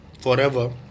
forever